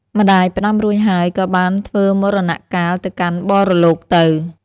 ម្ដាយផ្ដាំរួចហើយ ក៏បានធ្វើមរណកាលទៅកាន់បរលោកទៅ។